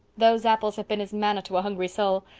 those apples have been as manna to a hungry soul.